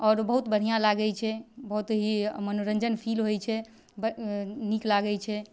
आओर बहुत बढ़िआँ लागै छै बहुत ही मनोरञ्जन फील होइ छै बड़ नीक लागै छै